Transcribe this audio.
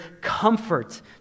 comfort